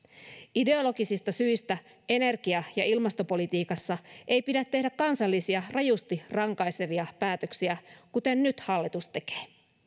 ideologisista syistä energia ja ilmastopolitiikassa ei pidä tehdä kansallisia rajusti rankaisevia päätöksiä kuten nyt hallitus tekee